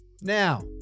Now